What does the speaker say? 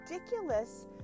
ridiculous